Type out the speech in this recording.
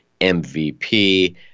MVP